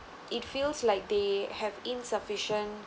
it feels like they have insufficient